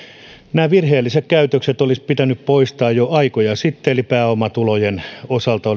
nämä virheelliset käytännöt olisi pitänyt poistaa jo aikoja sitten eli pääomatulojen osalta